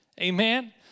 amen